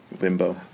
Limbo